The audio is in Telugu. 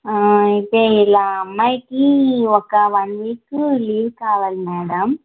అయితే ఇలా అమ్మాయికి ఒక వన్ వీకు లీవ్ కావాలి మ్యాడమ్